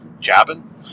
jabbing